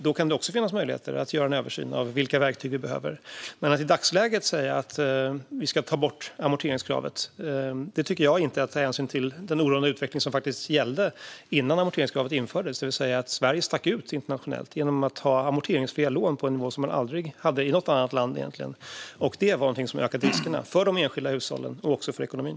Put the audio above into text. Då kan det också finnas möjligheter att göra en översyn av vilka verktyg som vi behöver. Men att i dagsläget säga att vi ska ta bort amorteringskravet tycker jag inte är att ta hänsyn till den oroande utveckling som faktiskt gällde innan amorteringskravet infördes. Då stack Sverige ut internationellt genom att ha amorteringsfria lån på en nivå som man egentligen aldrig hade i något annat land. Det var någonting som ökade riskerna för de enskilda hushållen och för ekonomin.